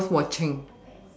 worth watching